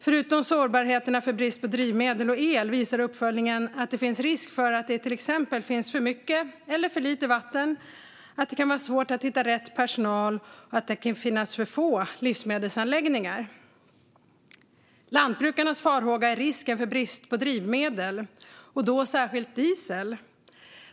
Förutom sårbarheterna för brist på drivmedel och el visar uppföljningen att det finns risk för att det till exempel kan finnas för mycket eller för lite vatten, att det kan vara svårt att hitta rätt personal och att det kan finnas för få livsmedelsanläggningar. Lantbrukarnas farhåga är risken för brist på drivmedel, och då särskilt diesel.